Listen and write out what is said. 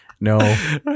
No